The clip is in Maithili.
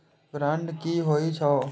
बांड की होई छै?